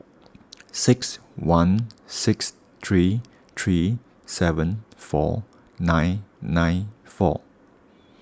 six one six three three seven four nine nine four